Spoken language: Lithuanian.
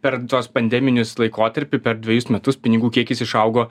per tuos pandeminius laikotarpį per dvejus metus pinigų kiekis išaugo